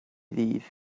ddydd